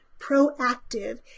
proactive